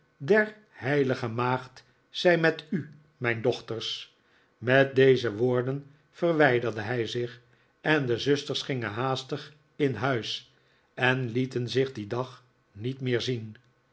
der heilige maagd zij met u r mijne dochters met deze woorden verwijderde hij zich en de zusters gingen haastig in huis en lieten zich dien dag niet meer zien